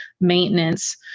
maintenance